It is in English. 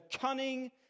cunning